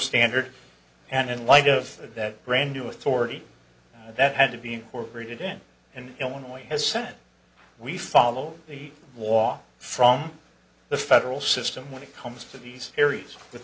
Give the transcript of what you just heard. standard and in light of that brand new authority that had to be incorporated in in illinois has sent we follow the law from the federal system when it comes to these areas with